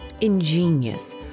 Ingenious